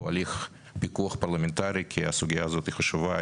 הליך פיקוח פרלמנטרי כי זוהי סוגיה חשובה.